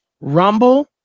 Rumble